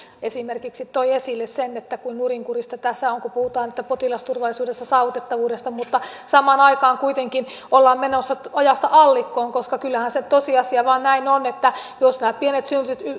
esimerkiksi toi esille sen kuinka nurinkurista tässä on kun puhutaan potilasturvallisuudessa saavuttavuudesta mutta samaan aikaan kuitenkin ollaan menossa ojasta allikkoon koska kyllähän se tosiasia vain näin on että jos nämä pienet